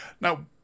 Now